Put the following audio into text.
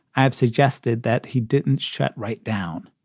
i have suggested that he didn't shut right down.